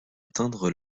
atteindre